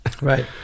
Right